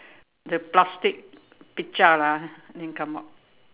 the plastic pecah lah then come out